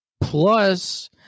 plus